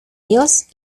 dios